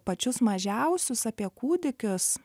pačius mažiausius apie kūdikius